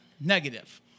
negative